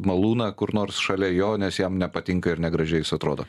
malūną kur nors šalia jo nes jam nepatinka ir negražiai jis atrodo